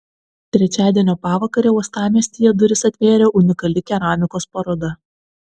trečiadienio pavakarę uostamiestyje duris atvėrė unikali keramikos paroda